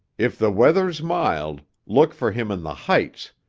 if the weather's mild, look for him in the heights,